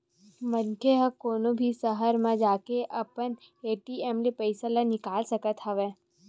मनखे ह कोनो भी सहर म जाके अपन ए.टी.एम ले पइसा ल निकाल सकत हवय